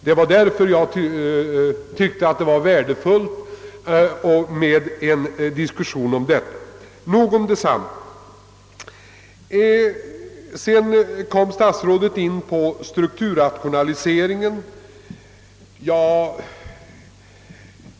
Det var därför jag tyckte att en diskussion om detta problem var värdefull. Men nog om den frågan. Så kom statsrådet in på strukturrationaliseringen.